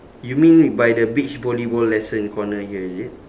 you mean by the beach volleyball lesson corner here is it